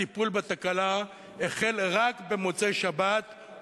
הטיפול בתקלה החל רק במוצאי-שבת,